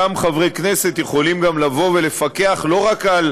אותם חברי כנסת יכולים לבוא ולפקח לא רק אם